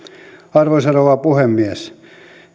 arvoisa rouva puhemies